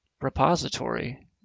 repository